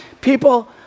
People